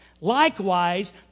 Likewise